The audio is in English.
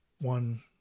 one